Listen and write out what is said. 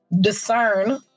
discern